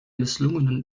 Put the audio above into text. misslungenen